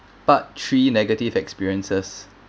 part three negative experiences